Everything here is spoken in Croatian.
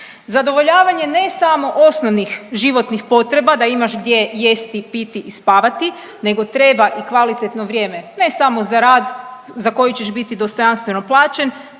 Zadovoljavanje ne samo osnovnih životnih potreba da imaš gdje jesti, piti i spavati nego treba i kvalitetno vrijeme ne samo za rad za koji ćeš biti dostojanstveno plaćen